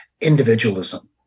individualism